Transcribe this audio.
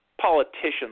politicians